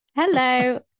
hello